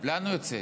לאן הוא יוצא?